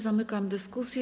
Zamykam dyskusję.